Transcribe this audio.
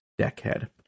deckhead